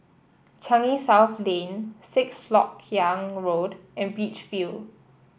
Changi South Lane Sixth LoK Yang Road and Beach View